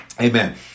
Amen